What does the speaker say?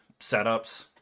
setups